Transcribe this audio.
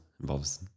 involves